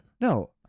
No